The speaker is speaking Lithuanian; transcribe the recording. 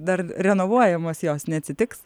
dar renovuojamos jos neatsitiks